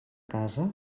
casa